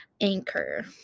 anchor